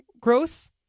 growth